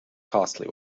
costly